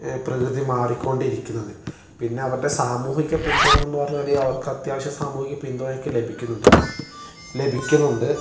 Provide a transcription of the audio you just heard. പ്രകൃതി മാറിക്കൊണ്ടിരിക്കുന്നത് പിന്നെ അവരടെ സാമൂഹിക പിന്തുണ എന്ന് പറഞ്ഞാൽ അവർക്ക് അത്യാവശ്യം സാമൂഹിക പിന്തുണയൊക്കെ ലഭിക്കുന്നുണ്ട് ലഭിക്കുന്നുണ്ട്